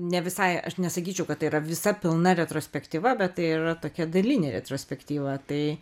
ne visai aš nesakyčiau kad tai yra visa pilna retrospektyva bet yra tokia dalinė retrospektyva tai